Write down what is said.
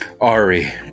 Ari